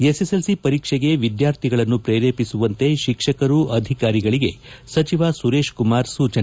SSLC ಪರೀಕ್ಷೆಗೆ ಎದ್ಧಾರ್ಥಿಗಳನ್ನು ಪ್ರೇರೇಪಿಸುವಂತೆ ಶಿಕ್ಷಕರು ಅಧಿಕಾರಿಗಳಿಗೆ ಸಚಿವ ಸುರೇತ್ಕುಮಾರ್ ಸೂಚನೆ